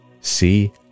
See